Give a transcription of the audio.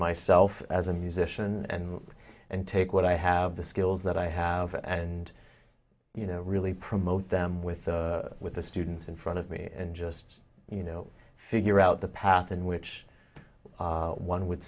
myself as a musician and and take what i have the skills that i have and you know really promote them with the with the students in front of me and just you know figure out the path in which one would